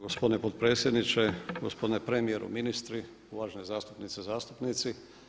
Gospodine potpredsjedniče, gospodine premijeru, ministri, uvažene zastupnice i zastupnici.